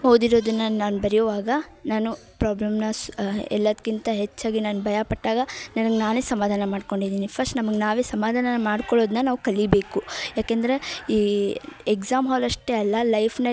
ಓದಿರೋದನ್ನು ನಾನು ಬರೆಯುವಾಗ ನಾನು ಪ್ರಾಬ್ಲಮ್ನ ಸ್ ಎಲ್ಲದ್ಕಿಂತ ಹೆಚ್ಚಾಗಿ ನಾನು ಭಯ ಪಟ್ಟಾಗ ನನಗೆ ನಾನೇ ಸಮಾಧಾನ ಮಾಡ್ಕೊಂಡಿದ್ದೀನಿ ಫಸ್ಟ್ ನಮ್ಗೆ ನಾವೇ ಸಮಾಧಾನ ಮಾಡ್ಕೊಳೋದನ್ನು ನಾವು ಕಲಿಬೇಕು ಯಾಕಂದರೆ ಈ ಎಕ್ಸಾಮ್ ಹಾಲ್ ಅಷ್ಟೇ ಅಲ್ಲ ಲೈಫ್ನಲ್ಲಿ